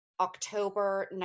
October